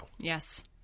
Yes